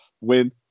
win